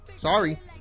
Sorry